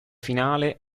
finale